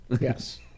yes